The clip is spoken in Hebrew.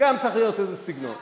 גם צריך להיות איזה סגנון.